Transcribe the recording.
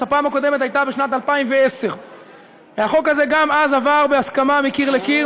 הפעם הקודמת הייתה בשנת 2010. החוק הזה גם אז עבר בהסכמה מקיר לקיר,